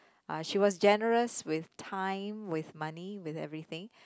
uh she was generous with time with money with everything